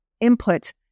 input